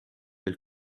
del